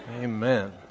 Amen